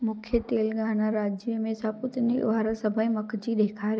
मूंखे तेलंगाना राज्य में सपूतनिक वारा सभेई मर्कज़ ॾेखारियो